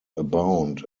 abound